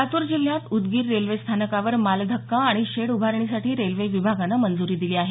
लातूर जिल्ह्यात उदगीर रेल्वे स्थानकावर मालधक्का आणि शेड उभारणीसाठी रेल्वे विभागानं मंजूरी दिली आहे